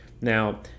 Now